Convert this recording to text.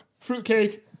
Fruitcake